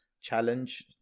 challenge